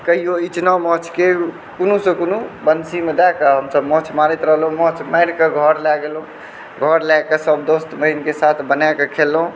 कहिओ इचना माछके कोनो से कोनो वन्शीमे दए कऽ माछ मारैत रहलहुँ माछ मारिकऽ घर लऽ गेलहुँ घर लए कऽ सभ दोस्त महिम सङ्ग बनाकऽ खेलहुँ